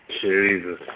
Jesus